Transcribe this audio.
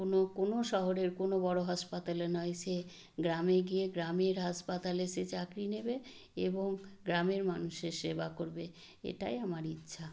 কোনো কোনো শহরের কোনো বড়ো হাসপাতালে নয় সে গ্রামে গিয়ে গ্রামের হাসপাতালে সে চাকরি নেবে এবং গ্রামের মানুষের সেবা করবে এটাই আমার ইচ্ছা